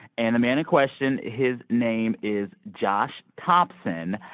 and the man in question his name is josh thompson.